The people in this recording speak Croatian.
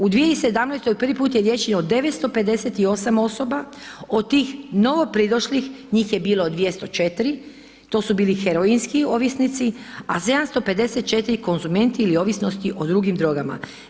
U 2017. prvi put je liječeno 958 osoba, od tih novo pridošlih njih je bilo 204, to su bili heroinski ovisnici, a 754 konzumenti ili ovisnosti o drugim drogama.